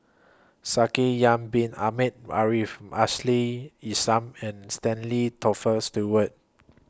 Shaikh Yahya Bin Ahmed Afifi Ashley Isham and Stanley Tofer Stewart